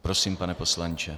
Prosím, pane poslanče.